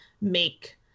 make